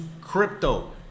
crypto